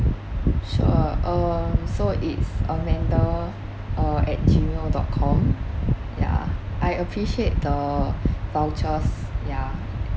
sure um so it's amanda uh at gmail dot com yeah I appreciate the vouchers yeah